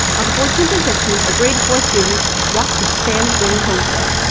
on the fourteenth and fifteenth, our grade four students walked to the sands ring homestead.